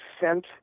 sent